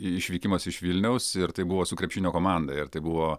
išvykimas iš vilniaus ir tai buvo su krepšinio komanda ir tai buvo